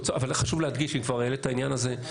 חשוב להדגיש, אם כבר העלית את העניין הזה.